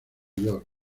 york